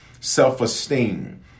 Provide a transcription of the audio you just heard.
Self-esteem